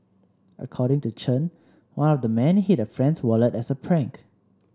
according to Chen one of the men hid a friend's wallet as a prank